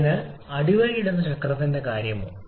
അതിനാൽ അടിവരയിടുന്ന ചക്രത്തിന്റെ കാര്യമോ